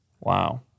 Wow